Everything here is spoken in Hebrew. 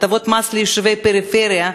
הטבות מס ליישובי הפריפריה,